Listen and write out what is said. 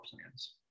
plans